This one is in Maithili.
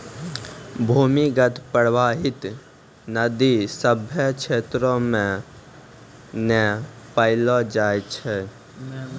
भूमीगत परबाहित नदी सभ्भे क्षेत्रो म नै पैलो जाय छै